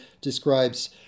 describes